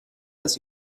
das